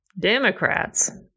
Democrats